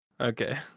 Okay